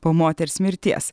po moters mirties